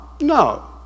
no